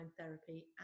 Therapy